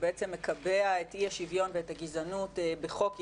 שבעצם מקבע את אי השוויון ואת הגזענות בחוק יסוד,